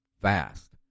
fast